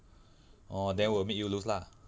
orh then will make you lose lah